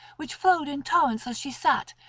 which flowed in torrents as she sat,